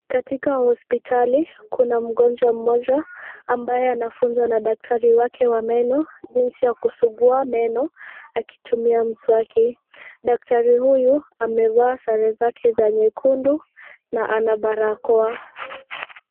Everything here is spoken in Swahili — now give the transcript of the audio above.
Katika hospitali kuna mgonjwa mmoja ambaye anafunzwa na daktari wake wa meno jinsi ya kusugua meno akitumia mswaki. Daktari huyu amevaa sare zake za nyekundu na ana barakoa.